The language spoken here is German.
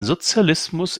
sozialismus